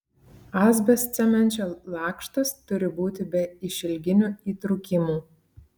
asbestcemenčio lakštas turi būti be išilginių įtrūkimų